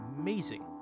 amazing